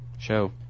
show